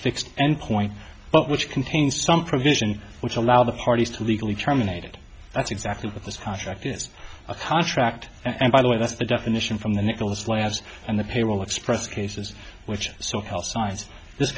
fixed end point but which contains some provision which allow the parties to legally terminated that's exactly what this project is a contract and by the way that's the definition from the nicholas labs and the payroll express cases which so help signs this